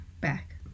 back